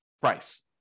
price